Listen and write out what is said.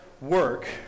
work